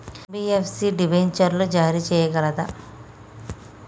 NBFC డిబెంచర్లు జారీ చేయగలదా?